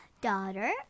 daughter